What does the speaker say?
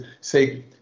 say